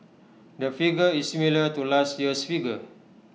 the figure is similar to last year's figure